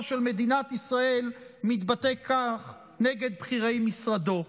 של מדינת ישראל מתבטא כך נגד בכירי משרדו?